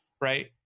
right